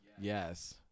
Yes